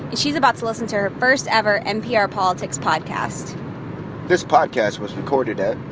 she's about to listen to her first-ever npr politics podcast this podcast was recorded at.